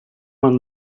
when